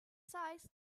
size